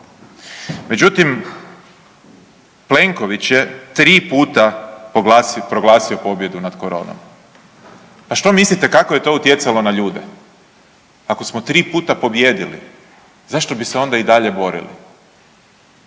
Međutim, Plenković je 3 puta proglasio pobjedu nad koronom. A što mislite kako je to utjecalo na ljude. Ako smo 3 puta pobijedili zašto bi se onda i dalje borili.